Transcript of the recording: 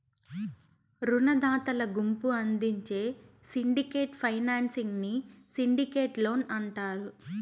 రునదాతల గుంపు అందించే సిండికేట్ ఫైనాన్సింగ్ ని సిండికేట్ లోన్ అంటారు